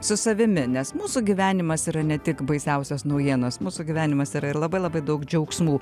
su savimi nes mūsų gyvenimas yra ne tik baisiausios naujienos mūsų gyvenimas yra ir labai labai daug džiaugsmų